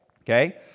Okay